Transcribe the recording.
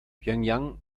pjöngjang